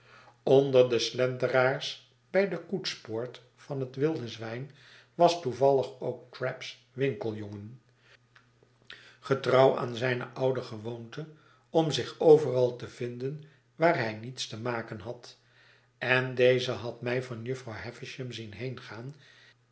onder de slenteraars bij de koetspoort van het wilde zwijn was toevallig ook trabb's winkeljongen getrouw aan zijne oude gewoonte om zich overal te bevinden waar hij niets te maken had en deze had mij van jufvrouw havisham zien heengaan